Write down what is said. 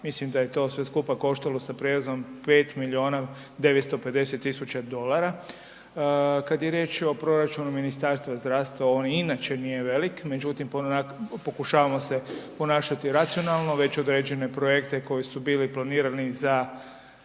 mislim da je to sve skupa koštalo sa prijevozom 5 milijuna 950 tisuća dolara. Kad je riječ o proračunu Ministarstva zdravstva, on inače nije velik, međutim pokušavamo se ponašati racionalno, već određene projekte koji su bili planirani za